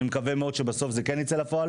אני מקווה מאוד שבסוף זה כן ייצא לפועל.